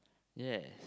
ya